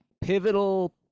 pivotal